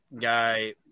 guy